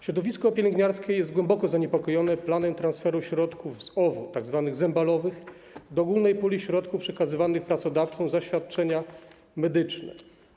Środowisko pielęgniarskie jest głęboko zaniepokojone planem transferu środków z OWU, tzw. zembalowych, do ogólnej puli środków przekazywanych pracodawcom za świadczenia medyczne.